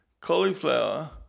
cauliflower